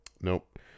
Nope